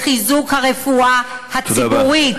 לחיזוק הרפואה הציבורית,